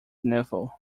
nephew